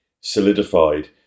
solidified